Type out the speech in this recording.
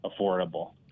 affordable